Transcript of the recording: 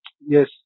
yes